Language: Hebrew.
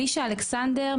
אלישע אלכסנדר,